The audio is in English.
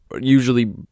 usually